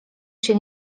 się